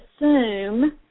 assume